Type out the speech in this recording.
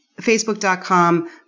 Facebook.com